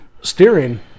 steering